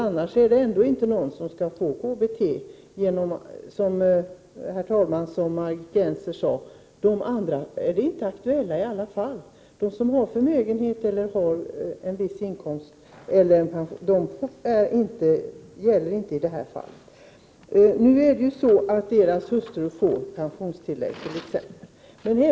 Annars skulle ändå inte någon få KBT, som Margit Gennser sade, de andra är inte aktuella i alla fall. De som har förmögenhet eller en viss inkomst kommer inte i fråga. Dessa pensionärers hustrur får kanske pensionstillägg.